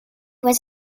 was